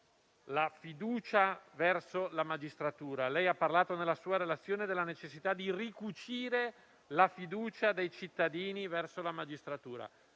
la fiducia verso la magistratura. Ha parlato nella sua relazione della necessità di ricucire la fiducia dei cittadini verso la magistratura;